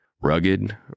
Rugged